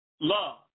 love